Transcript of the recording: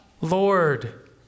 Lord